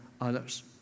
others